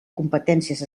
competències